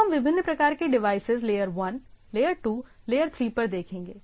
अब हम विभिन्न प्रकार के डिवाइसेज लेयर 1 लेयर 2 लेयर 3 पर देखेंगे